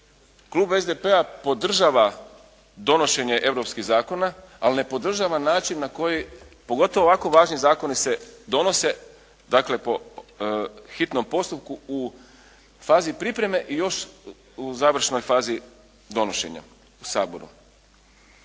Klub SDP-a podržava donošenje europskih zakona ali ne podržava način na koji pogotovo ovako važni načini se donose dakle po hitnom postupku u fazi pripreme i još u završnoj fazi donošenja u Saboru.